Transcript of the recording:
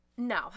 No